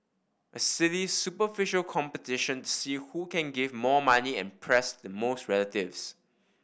a silly superficial competition see who can give more money and press the most relatives